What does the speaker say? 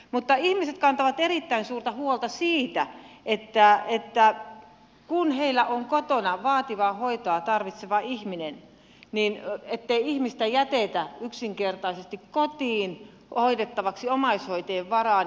mutta ihmiset kantavat erittäin suurta huolta siitä kun heillä on kotona vaativaa hoitoa tarvitseva ihminen ettei ihmistä jätetä yksinkertaisesti kotiin hoidettavaksi omaishoitajien varaan